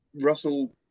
russell